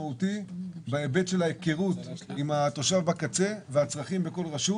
בהיבט של ההיכרות עם התושב בקצה והצרכים של כל רשות.